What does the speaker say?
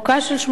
ולא שנה,